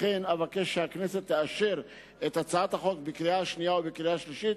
לכן אבקש שהכנסת תאשר את הצעת החוק בקריאה השנייה ובקריאה השלישית